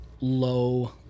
low